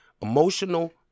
Emotional